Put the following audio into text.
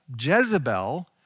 Jezebel